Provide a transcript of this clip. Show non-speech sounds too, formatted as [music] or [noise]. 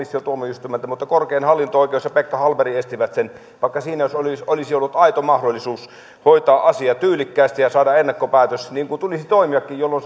ennakkopäätöksiä komission tuomioistuimelta mutta korkein hallinto oikeus ja pekka hallberg estivät sen vaikka siinä olisi ollut aito mahdollisuus hoitaa asia tyylikkäästi ja saada ennakkopäätös niin kuin tulisi toimiakin jolloin [unintelligible]